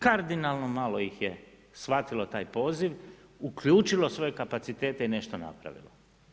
Kardinalno malo ih je shvatilo taj poziv, uključilo svoje kapacitete i nešto napravilo.